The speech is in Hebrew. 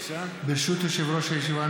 ברשות יושב-ראש הישיבה,